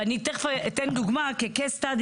ואני תכף אתן דוגמה כקייס סטאדי,